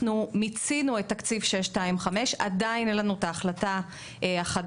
מיצינו את תקציב 625. עדיין אין לנו את ההחלטה החדשה,